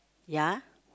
ya